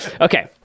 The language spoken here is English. Okay